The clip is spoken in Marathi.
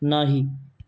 नाही